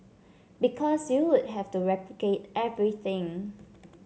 because you would have to replicate everything